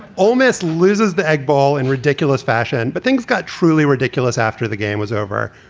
ole miss loses the egg ball in ridiculous fashion. but things got truly ridiculous after the game was over.